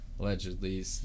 Allegedly